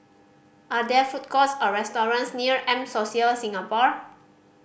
are there food courts or restaurants near M Social Singapore